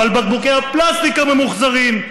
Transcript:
אבל בקבוקי הפלסטיק הממוחזרים,